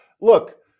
look